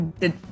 Did-